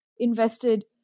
invested